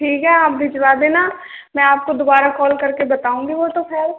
ठीक हैं आप भिजवा देना मैं आपको दोबारा कॉल करके बताउगी वो तो खैर